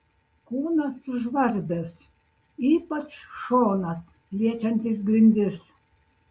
kūnas sužvarbęs ypač šonas liečiantis grindis